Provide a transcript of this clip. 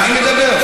צודק,